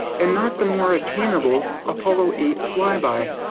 and not the more attainable apollo eight fly-by?